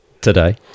Today